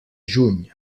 juny